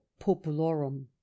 populorum